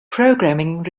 programming